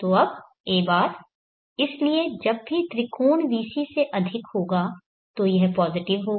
तो अब a बार इसलिए जब भी त्रिकोण vc से अधिक होगा तो यह पॉजिटिव होगा